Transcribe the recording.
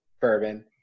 bourbon